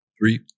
Three